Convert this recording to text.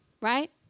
right